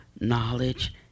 knowledge